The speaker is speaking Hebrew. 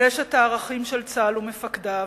ויש הערכים של צה"ל ומפקדיו: